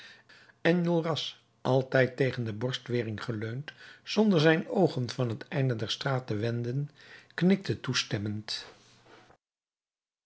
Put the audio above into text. enjolras altijd tegen de borstwering geleund zonder zijn oogen van het einde der straat te wenden knikte toestemmend